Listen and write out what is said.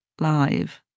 live